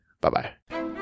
Bye-bye